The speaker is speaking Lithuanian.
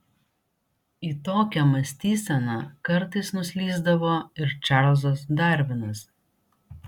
į tokią mąstyseną kartais nuslysdavo ir čarlzas darvinas